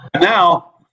Now